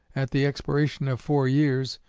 at the expiration of four years,